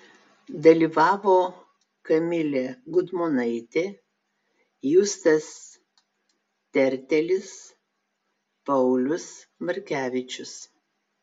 dalyvavo kamilė gudmonaitė justas tertelis paulius markevičius